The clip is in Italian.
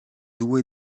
due